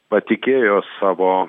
patikėjo savo